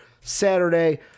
Saturday